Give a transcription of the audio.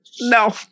No